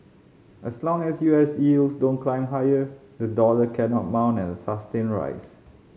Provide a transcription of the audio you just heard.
as long as U S yields don't climb higher the dollar cannot mount a sustained rise